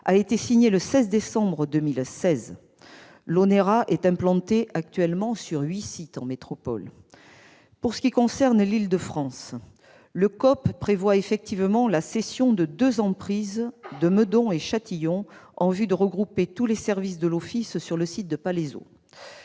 a été signé le 14 décembre 2016. L'ONERA est actuellement implanté sur huit sites en métropole. En ce qui concerne l'Île-de-France, le COP prévoit effectivement la cession des deux emprises de Meudon et Châtillon en vue de regrouper tous les services de l'Office sur le site de Palaiseau.